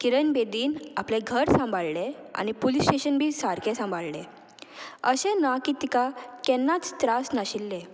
किरण बेदीन आपलें घर सांबाळ्ळे आनी पुलीस स्टेशन बी सारकें सांबाळलें अशें ना की तिका केन्नाच त्रास नाशिल्लें